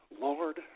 Lord